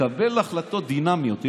לקבל החלטות דינמיות,